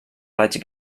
raig